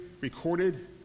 recorded